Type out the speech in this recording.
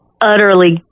utterly